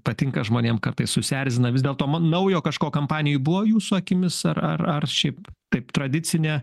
patinka žmonėm kartais susierzina vis dėlto naujo kažko kampanijoj buvo jūsų akimis ar ar ar šiaip taip tradicinė